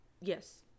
Yes